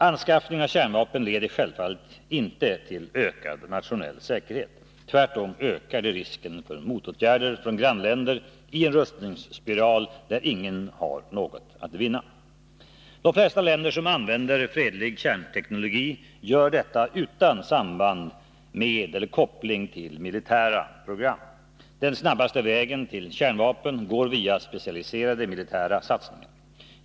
Anskaffningen av kärnvapen leder självfallet inte till ökad nationell säkerhet. Tvärtom ökar den risken för motåtgärder från grannländer i en rustningsspiral där ingen har något att vinna. De flesta länder som använder fredlig kärnteknologi gör detta utan samband med eller koppling till militära program. Den snabbaste vägen till kärnvapen går via specialiserade militära satsningar.